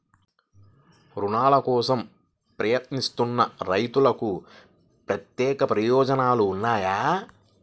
రుణాల కోసం ప్రయత్నిస్తున్న రైతులకు ప్రత్యేక ప్రయోజనాలు ఉన్నాయా?